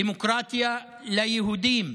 דמוקרטיה ליהודים,